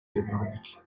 jednoręki